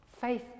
Faith